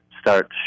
start